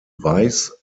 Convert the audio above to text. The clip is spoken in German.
weiß